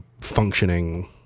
functioning